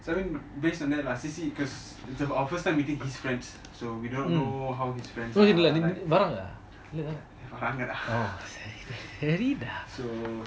so I mean based on that lah see see cause it's our first time meeting his friends so we don't know how his friends are like வராங்க:varanga so